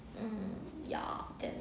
mm ya then